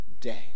day